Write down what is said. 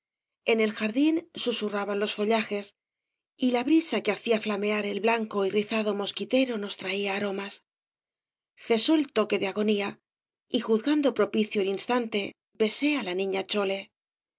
en el jardín susurraban los follajes y la brisa que hacía flamear el blanco y rizado mosquitero nos traía aromas cesó el toque de agonía y juzgando propicio el instante besé á la niña chole